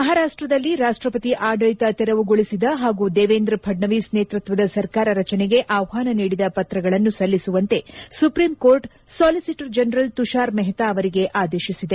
ಮಹಾರಾಷ್ಷದಲ್ಲಿ ರಾಷ್ಷವತಿ ಆಡಳಿತ ತೆರವುಗೊಳಿಸಿದ ಹಾಗೂ ದೇವೇಂದ್ರ ಫಡ್ಕವೀಸ್ ನೇತ್ಪತ್ತದ ಸರ್ಕಾರ ರಚನೆಗೆ ಆಹ್ಲಾನ ನೀಡಿದ ಪತ್ರಗಳನ್ನು ಸಲ್ಲಿಸುವಂತೆ Supreme Court solicitor general Tushar Mehta ಅವರಿಗೆ ಆದೇಶಿಸಿದೆ